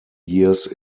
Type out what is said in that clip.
years